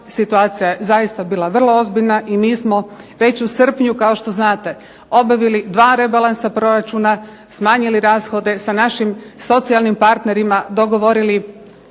Situacija je zaista bila vrlo ozbiljna i mi smo već u srpnju, kao što znate, obavili 2 rebalansa proračuna, smanjili rashode, sa našim socijalnim partnerima dogovorili